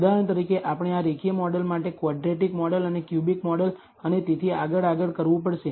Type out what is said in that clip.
ઉદાહરણ તરીકે આપણે આ રેખીય મોડેલ માટે ક્વોડ્રેટિક મોડેલ અને ક્યુબિક મોડેલ અને તેથી આગળ આગળ કરવું પડશે